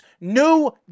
new